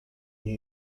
nie